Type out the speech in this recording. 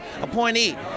appointee